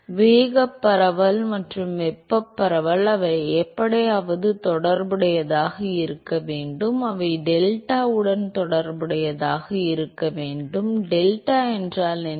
எனவே வேக பரவல் மற்றும் வெப்ப பரவல் அவை எப்படியாவது தொடர்புடையதாக இருக்க வேண்டும் அவை டெல்டாவுடன் தொடர்புடையதாக இருக்க வேண்டும் டெல்டா என்றால் என்ன